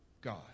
God